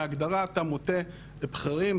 בהגדרה אתה מוטה בכירים,